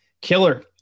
Killer